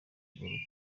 kugaruka